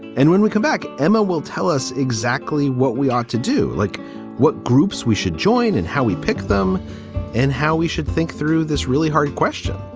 and when we come back, emma will tell us exactly what we ought to do. like what groups we should join and how we pick them and how we should think through this really hard question.